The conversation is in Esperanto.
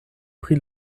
pri